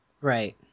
right